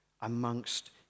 amongst